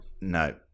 No